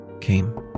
came